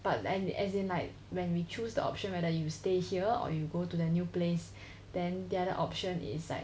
but then as in like when we choose the option whether you stay here or you go to the new place then the other option is like